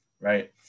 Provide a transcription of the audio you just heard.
right